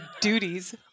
duties